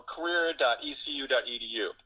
Career.ecu.edu